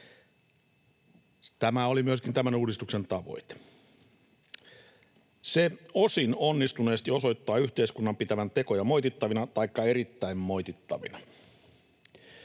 Tämä oli myöskin tämän uudistuksen tavoite. Se osin onnistuneesti osoittaa yhteiskunnan pitävän tekoja moitittavina taikka erittäin moitittavina.